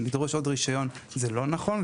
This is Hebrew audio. לדרוש עוד רישיון זה לא נכון.